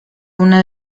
una